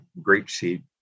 grapeseed